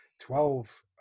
Twelve